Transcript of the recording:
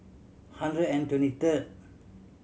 hundred and twenty third